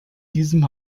diesem